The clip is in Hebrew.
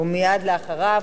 ומייד אחריו,